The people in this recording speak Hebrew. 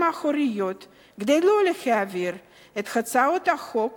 האחוריות כדי לא להעביר את הצעות החוק